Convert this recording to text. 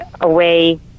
away